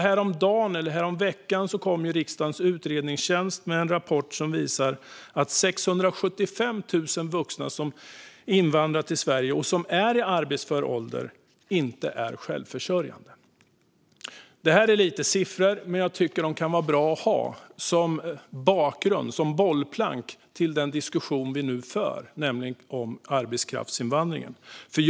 Häromveckan visade en rapport från riksdagens utredningstjänst att 675 000 vuxna som invandrat till Sverige och är i arbetsför ålder inte är självförsörjande. Dessa siffror kan vara bra att ha som bakgrund och bollplank till den diskussion om arbetskraftsinvandring vi nu för.